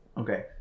Okay